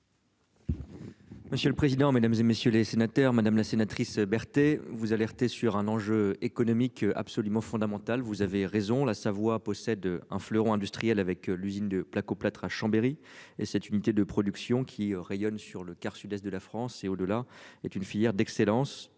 Monsieur le président, Mesdames, et messieurs les sénateurs, madame la sénatrice Berthet vous alerter sur un enjeu économique absolument fondamental. Vous avez raison, la Savoie possède un fleuron industriel avec l'usine de Placoplatre à Chambéry et cette unité de production qui rayonne sur le quart Sud-Est de la France et au-delà, est une filière d'excellence,